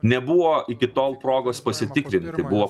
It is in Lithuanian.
nebuvo iki tol progos pasitikrinti tai buvo